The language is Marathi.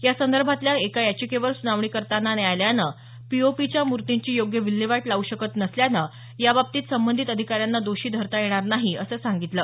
यासंदर्भातल्या एका याचिकेवर सुनावणी करताना न्यायालयानं पीओपीच्या मूर्तींची योग्य विल्हेवाट लाऊ शकत नसल्यानं याबाबतीत संबंधित अधिकाऱ्यांना दोषी धरता येणार नाही असं सांगितलं